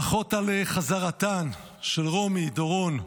ברכות על חזרתן של רומי, דורון ואמילי.